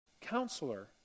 Counselor